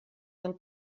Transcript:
del